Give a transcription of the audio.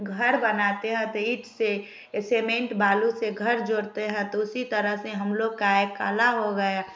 घर बनाते हैं तो ईट से सीमेंट बालू से घर जोड़ते हैं तो उसी तरह से हम लोग का एक कला हो गया